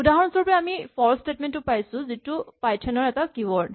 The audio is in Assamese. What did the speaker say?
উদাহৰণস্বৰূপে আমি ইয়াত ফৰ স্টেটমেন্ট টো পাইছো যিটো পাইথন ৰ এটা কীৱৰ্ড